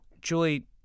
Julie